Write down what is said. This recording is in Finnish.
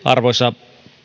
arvoisa